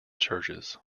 churches